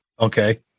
Okay